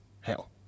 hell